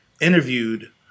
interviewed